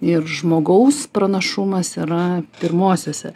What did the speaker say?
ir žmogaus pranašumas yra pirmosiose